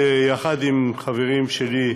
יחד עם חברים שלי,